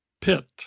pit